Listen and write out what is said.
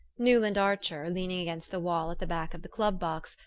newland archer, leaning against the wall at the back of the club box,